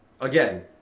again